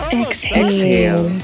exhale